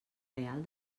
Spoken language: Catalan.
real